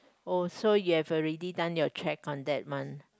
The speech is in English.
oh so you have already done your check on that month